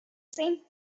same